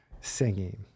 singing